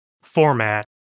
format